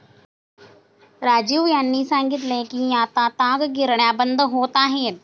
राजीव यांनी सांगितले की आता ताग गिरण्या बंद होत आहेत